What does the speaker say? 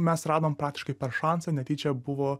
mes radom praktiškai per šansą netyčia buvo